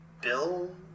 Bill